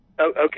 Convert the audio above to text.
Okay